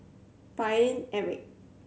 Paine Eric